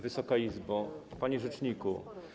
Wysoka Izbo! Panie Rzeczniku!